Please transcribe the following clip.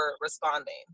responding